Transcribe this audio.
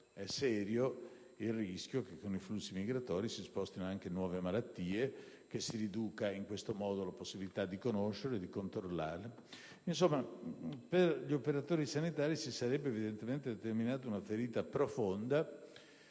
serio il rischio che con i flussi migratori si spostino anche nuove malattie e si riduca in questo modo la possibilità di conoscerle e controllarle. Insomma, per gli operatori sanitari si sarebbe determinata una ferita profonda,